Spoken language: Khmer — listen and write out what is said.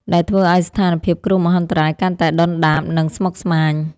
ដែលធ្វើឱ្យស្ថានភាពគ្រោះមហន្តរាយកាន់តែដុនដាប និងស្មុគស្មាញ។